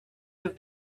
have